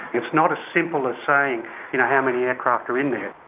it's not as simple as saying you know how many aircraft are in there.